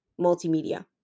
Multimedia